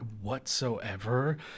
whatsoever